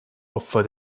opfer